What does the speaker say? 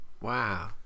Wow